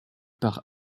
par